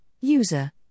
user